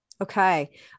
Okay